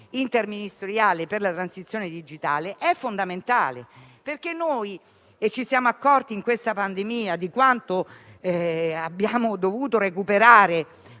interministeriale per la transizione digitale è fondamentale, e ci siamo accorti in questa pandemia di quanto tempo perso abbiamo dovuto recuperare.